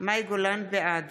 אינו נוכח מאי גולן, בעד